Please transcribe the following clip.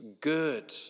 good